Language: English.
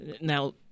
Now